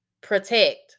protect